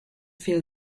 feel